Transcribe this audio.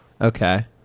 Okay